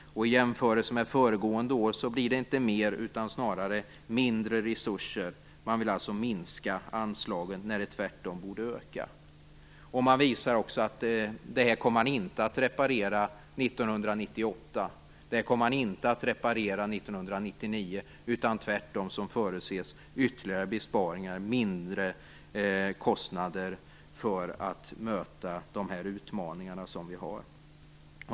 I jämförelse med föregående år blir det inte mer utan snarare mindre resurser. Man vill alltså minska anslaget när det tvärtom borde öka. Man visar också att man inte kommer att reparera det år 1998 och inte att reparera det år 1999, utan tvärtom förutses ytterligare besparingar och mindre kostnader för att möta de utmaningar vi har.